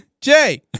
Jay